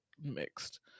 mixed